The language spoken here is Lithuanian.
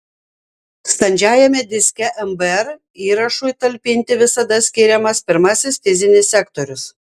standžiajame diske mbr įrašui talpinti visada skiriamas pirmasis fizinis sektorius